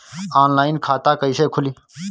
Online खाता कईसे खुलि?